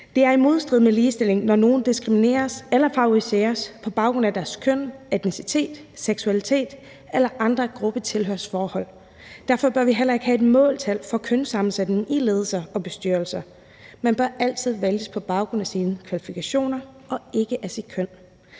Det er i modstrid med ligestilling, når nogen diskrimineres eller favoriseres på baggrund af deres køn, etnicitet, seksualitet eller andre gruppetilhørsforhold. Derfor bør vi heller ikke have et måltal for kønssammensætning i ledelser og bestyrelser. Man bør altid vælges på baggrund af sine kvalifikationer og ikke på baggrund